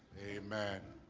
a man